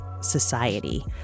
society